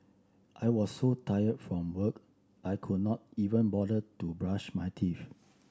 I was so tired from work I could not even bother to brush my teeth